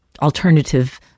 alternative